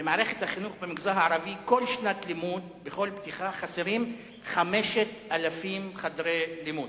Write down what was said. במערכת החינוך במגזר הערבי בכל פתיחת שנת לימוד חסרים 5,000 חדרי לימוד.